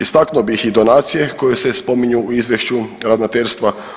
Istaknuo bih i donacije koje se spominju u izvješću ravnateljstva.